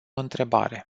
întrebare